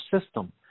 system